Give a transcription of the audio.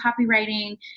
copywriting